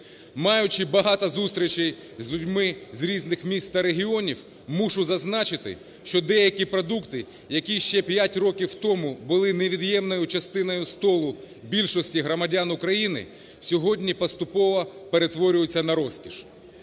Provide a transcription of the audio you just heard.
Маючи багато зустрічей з людьми з різних міст та регіонів, мушу зазначити, що деякі продукти, які ще п'ять років тому були невід'ємною частиною столу більшості громадян України, сьогодні поступово перетворюються на розкіш.